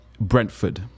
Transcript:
Brentford